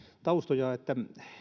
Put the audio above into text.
taustoja että